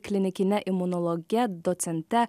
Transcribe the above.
klinikine imunologe docente